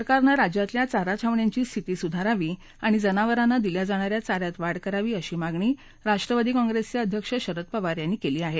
सरकारनं राज्यातल्या चारा छावण्यांची स्थिती सुधारावी आणि जनावरांना दिल्या जाणाऱ्या चाऱ्यात वाढ करावी अशी मागणी राष्ट्रवादी काँप्रेसचे अध्यक्ष शरद पवार यांनी केली आहे